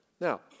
Now